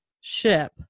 ship